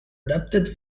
adapted